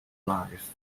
life